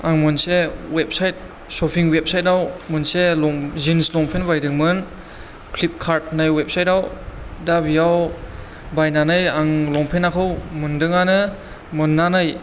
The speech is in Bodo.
आं मोनसे वेबसाइट शपिं वेबसाइट आव मोनसे जिन्स लंपेन्त बायदोंमोन फ्लिपकार्त होननाय वेबसाइटाव दा बेयाव बायनानै आं लंपेन्तखौ मोन्दोङानो मोननानै